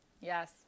Yes